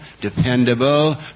dependable